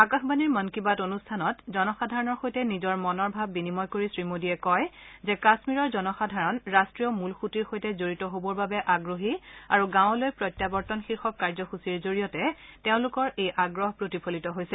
আকাশবাণীৰ মন কী বাত অনুষ্ঠানত জনসাধাৰণৰ সৈতে নিজৰ মনৰ ভাব বিনিময় কৰি শ্ৰীমোদীয়ে কয় যে কামীৰৰ জনসাধাৰণ ৰাষ্ট্ৰীয় মূলসূঁতিৰ সৈতে জড়িত হ'বৰ বাবে আগ্ৰহী আৰু গাঁৱলৈ প্ৰত্যাৱৰ্তন শীৰ্ষক কাৰ্যসূচীৰ জৰিয়তে তেওঁলোকৰ এই আগ্ৰহ প্ৰতিফলিত হৈছে